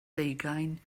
deugain